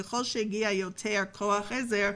ככל שהגיע יותר כוח עזר,